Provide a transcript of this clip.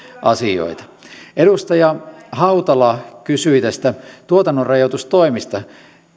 asioita edustaja hautala kysyi tuotannonrajoitustoimista